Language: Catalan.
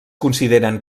consideren